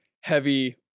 heavy